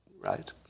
right